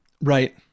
Right